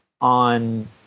on